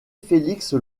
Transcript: félix